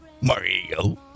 Mario